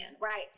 Right